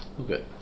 Okay